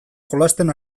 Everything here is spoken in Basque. jolasten